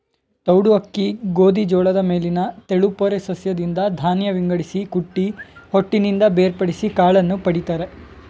ತೌಡು ಅಕ್ಕಿ ಗೋಧಿ ಜೋಳದ ಮೇಲಿನ ತೆಳುಪೊರೆ ಸಸ್ಯದಿಂದ ಧಾನ್ಯ ವಿಂಗಡಿಸಿ ಕುಟ್ಟಿ ಹೊಟ್ಟಿನಿಂದ ಬೇರ್ಪಡಿಸಿ ಕಾಳನ್ನು ಪಡಿತರೆ